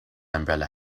umbrella